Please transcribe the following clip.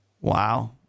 wow